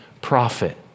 prophet